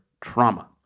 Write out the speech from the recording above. trauma